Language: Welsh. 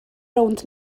rownd